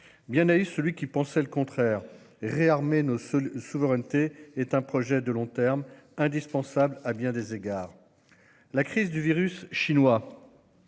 Bien naïf celui qui pensait le contraire ! Réarmer nos souverainetés est un projet de long terme, indispensable à bien des égards. La crise du virus chinois,